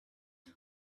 one